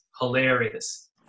hilarious